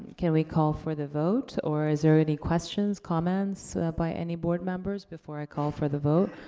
can we call for the vote, or is there any questions, comments by any board members before i call for the vote?